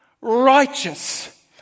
Righteous